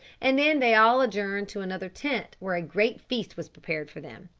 and then they all adjourned to another tent where a great feast was prepared for them.